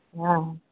हॅं